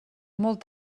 molt